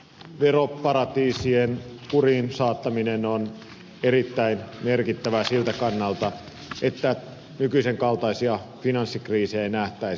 veroparatiisien kuriin saattaminen on erittäin merkittävää siltä kannalta että nykyisen kaltaisia finanssikriisejä ei nähtäisi